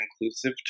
inclusive